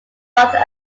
locked